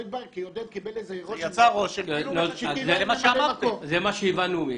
יצא רושם כאילו --- זה מה שהבנו.